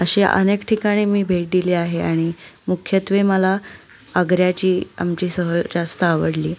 असे अनेक ठिकाणी मी भेट दिले आहे आणि मुख्यत्वे मला आग्र्याची आमची सहल जास्त आवडली